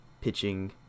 pitching